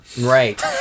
Right